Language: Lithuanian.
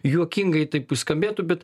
juokingai taip skambėtų bet